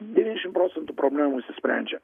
devyniasdešimt procentų problemų išsisprendžia